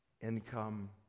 income